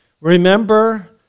Remember